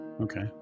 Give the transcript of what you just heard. Okay